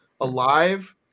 alive